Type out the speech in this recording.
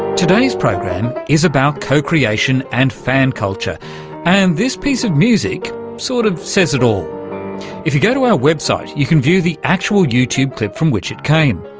today's program is about co-creation and fan culture and this piece of music sort of says it if you go to our website you can view the actual youtube clip from which it came.